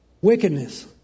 wickedness